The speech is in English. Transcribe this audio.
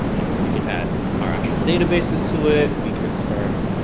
you know we could add our actual databases to it. we could start.